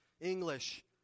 English